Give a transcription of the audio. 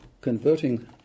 converting